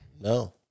No